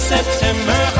September